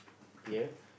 here